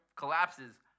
collapses